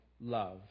love